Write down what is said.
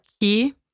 key